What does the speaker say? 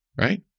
right